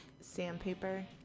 sandpaper